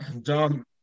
John